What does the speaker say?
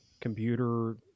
computer